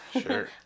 Sure